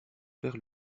père